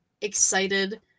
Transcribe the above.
excited